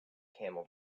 camel